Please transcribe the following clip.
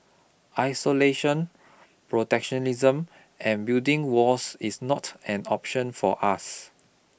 isolation protectionism and building walls is not an option for us